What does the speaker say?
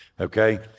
okay